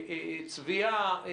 צביעה,